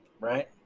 right